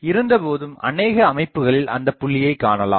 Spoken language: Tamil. இருந்தபோதும் அநேக அமைப்புகளில் அந்தப்புள்ளியை காணலாம்